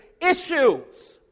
issues